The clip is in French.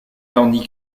tandis